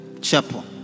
chapel